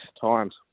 times